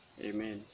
Amen